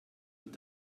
und